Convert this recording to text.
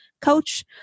coach